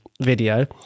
video